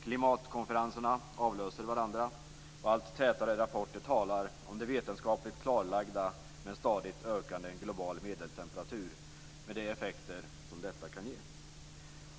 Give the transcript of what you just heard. Klimatkonferenserna avlöser varandra, och allt tätare rapporter talar om det vetenskapligt klarlagda med en stadigt ökande global medeltemperatur, med de effekter som detta kan ge.